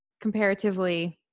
comparatively –